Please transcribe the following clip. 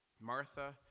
Martha